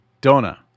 Donna